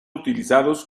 utilizados